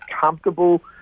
comfortable